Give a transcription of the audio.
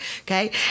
Okay